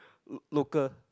l~ local